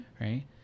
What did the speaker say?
right